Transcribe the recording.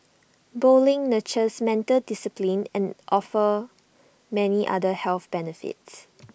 bowling nurtures mental discipline and offers many other health benefits